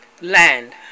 land